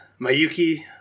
Mayuki